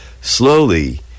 Slowly